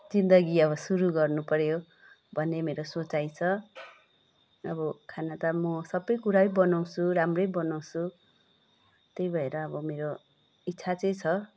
जिन्दगी अब सुरु गर्नु पऱ्यो भन्ने मेरो सोचाइ छ अब खाना त म सबै कुरै बनाउँछु राम्रै बनाउँछु त्यही भएर अब मेरो इच्छा चाहिँ छ